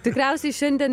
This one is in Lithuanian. tikriausiai šiandien